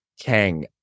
Kang